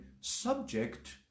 subject